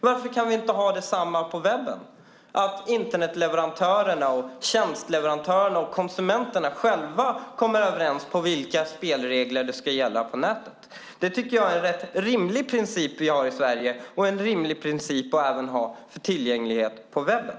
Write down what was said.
Varför kan vi inte ha det på samma sätt på webben, att Internetleverantörerna, tjänsteleverantörerna och konsumenterna själva kommer överens om vilka spelregler som ska gälla på nätet? Jag tycker att vi har en rimlig princip på arbetsmarknaden, och det vore en rimlig princip att ha även för tillgänglighet på webben.